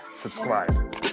subscribe